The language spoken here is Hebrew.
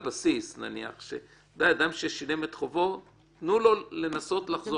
הוא גם גנב, הוא לא היה נותן לו את הבודקה